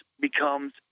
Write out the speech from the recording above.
becomes